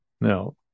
Now